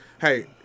hey